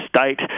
state